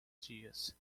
dias